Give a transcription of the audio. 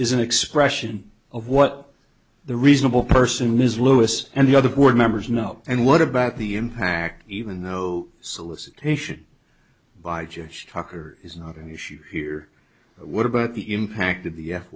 is an expression of what the reasonable person is lewis and the other board members know and what about the impact even though solicitation by jewish talker is not an issue here but what about the impact of the f